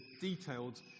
detailed